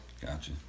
gotcha